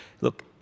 look